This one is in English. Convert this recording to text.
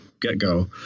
get-go